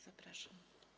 Zapraszam.